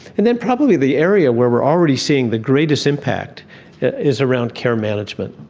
and then probably the area where we are already seeing the greatest impact is around care management.